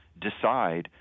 decide